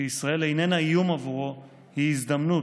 שישראל איננה איום בעבורו, היא הזדמנות.